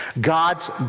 God's